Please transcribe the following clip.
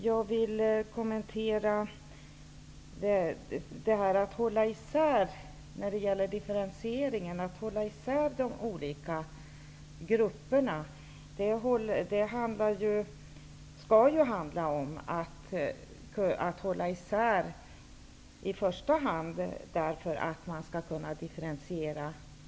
Jag vill kommentera frågan om differentieringen, behovet av att hålla isär de olika grupperna. De skall hållas isär i första hand för att behandlingen skall kunna differentieras.